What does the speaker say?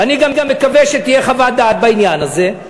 ואני מקווה שתהיה חוות דעת בעניין הזה.